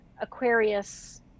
Aquarius